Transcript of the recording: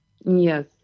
Yes